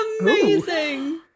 amazing